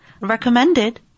recommended